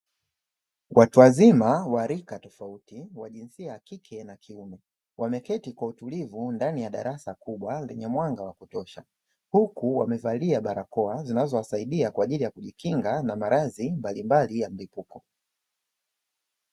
Watu wa rika tofauti wa jinsia ya kike na kiume, wameketi kwa utulivu ndani ya darasa kubwa lenye mwanga wa kutosha. Huku wamevalia barakoa zinazosaidia kwa ajili ya kujikinga na maradhi mbalimbali ya mlipuko.